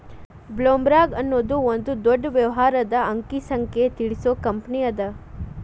ಬ್ಲೊಮ್ರಾಂಗ್ ಅನ್ನೊದು ಒಂದ ದೊಡ್ಡ ವ್ಯವಹಾರದ ಅಂಕಿ ಸಂಖ್ಯೆ ತಿಳಿಸು ಕಂಪನಿಅದ